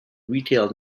retail